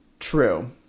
True